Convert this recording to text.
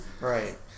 Right